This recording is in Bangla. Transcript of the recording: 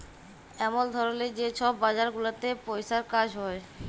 এমল ধরলের যে ছব বাজার গুলাতে পইসার কাজ হ্যয়